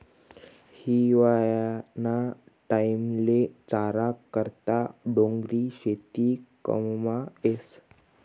हिवायाना टाईमले चारा करता डोंगरी शेती काममा येस